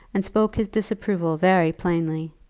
and spoke his disapproval very plainly,